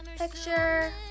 Picture